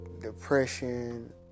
depression